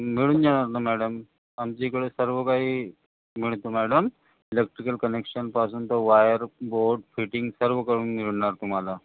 मिळून जाणार ना मॅडम आमच्या इकडे सर्व काही मिळतं मॅडम इलेक्ट्रिकल कनेक्शनपासून तो वायर बोर्ड फिटिंग सर्व करून मिळणार तुम्हाला